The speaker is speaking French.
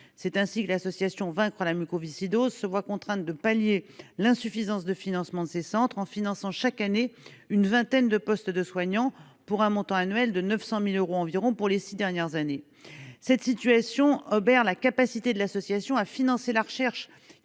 C'est ainsi que l'association Vaincre la mucoviscidose se voit contrainte de pallier l'insuffisance de financement de ces centres, en finançant, chaque année, une vingtaine de postes de soignants, pour un montant annuel de 900 000 euros environ pour les six dernières années. Cette situation, résultant de l'obligation de pallier